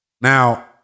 Now